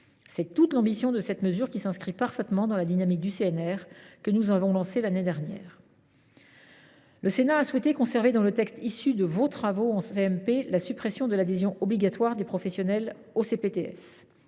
C’est toute l’ambition de cette mesure, qui s’inscrit parfaitement dans la dynamique du Conseil national de la refondation, que nous avons lancée l’année dernière. Le Sénat a souhaité conserver dans le texte issu de vos travaux en CMP la suppression de l’adhésion obligatoire des professionnels aux CPTS.